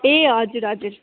ए हजुर हजुर